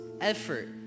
effort